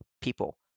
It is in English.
people